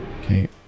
Okay